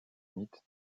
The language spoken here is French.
mythe